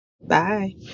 Bye